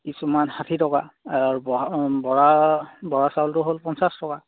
কিছুমান ষাঠি টকা আৰু বৰা বৰা চাউলটো হ'ল পঞ্চাছ টকা